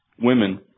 women